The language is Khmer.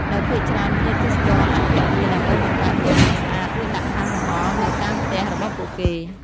ដោយភាគច្រើនភ្ញៀវទេសចរអាចពាក់វាដើម្បីបង្កើនភាពស្រស់ស្អាត ឬដាក់តាំងលម្អនៅតាមផ្ទះរបស់ពួកគេ។